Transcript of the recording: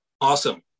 awesome